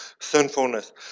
sinfulness